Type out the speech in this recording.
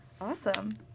Awesome